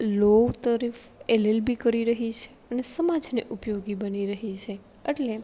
લો તરફ એલએલબી કરી રહી છે અને સમાજને ઉપયોગી બની રહી છે એટલે